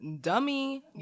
dummy